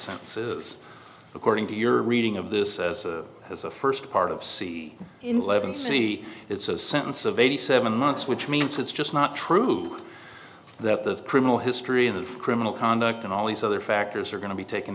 sense is according to your reading of this as a first part of c in eleven c it's a sentence of eighty seven months which means it's just not true that the criminal history of criminal conduct and all these other factors are going to be taken